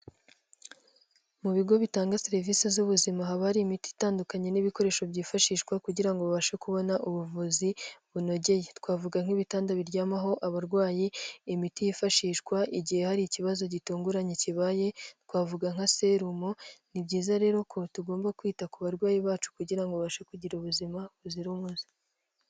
Mu bigo bitanga serivisi z'ubuzima haba hari imiti itandukanye n'ibikoresho byifashishwa kugira ngo babashe kubona ubuvuzi bunogeye, twavuga nk'ibitanda biryamaho abarwayi, imiti yifashishwa igihe hari ikibazo gitunguranye kibaye, twavuga nka serumo. Ni byiza rero ko tugomba kwita ku barwayi bacu kugira ngo babashe kugira ubuzima buzira umuze.